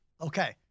Okay